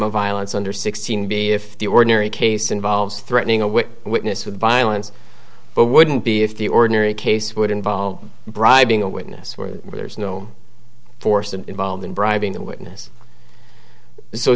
of violence under sixteen b if the ordinary case involves threatening a whip witness with violence but wouldn't be if the ordinary case would involve bribing a witness where there's no force involved in bribing the witness so